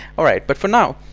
alright but for now.